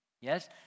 Yes